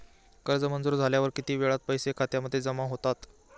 कर्ज मंजूर झाल्यावर किती वेळात पैसे खात्यामध्ये जमा होतात?